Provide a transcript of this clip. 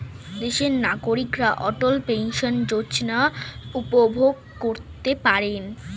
দেশের নাগরিকরা অটল পেনশন যোজনা উপভোগ করতে পারেন